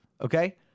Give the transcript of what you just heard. okay